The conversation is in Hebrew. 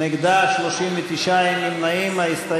ההסתייגות (15) של קבוצת סיעת הרשימה המשותפת לסעיף 4 לא נתקבלה.